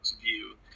view